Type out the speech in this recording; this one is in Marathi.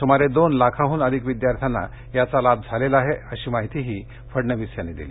सुमारे दोन लाखांहन अधिक विद्यार्थ्यांना याचा लाभ झालेला बाहे अशी देवेंद्र फडणवीस यांनी माहिती दिली